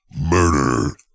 murder